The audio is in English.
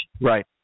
Right